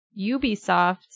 ubisoft